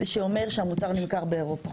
כזה שאומר שהמוצר נמכר באירופה.